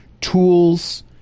tools